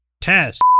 Test